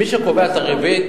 מי שקובע את הריבית